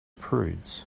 prudes